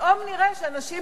פתאום נראה שאנשים,